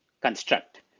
construct